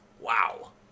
Wow